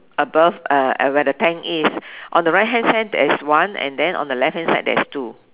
above where the tank is on the right hand side there is one and then on the left hand side there is two